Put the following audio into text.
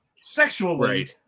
sexually